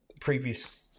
Previous